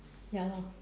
ya lor